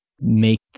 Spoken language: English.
make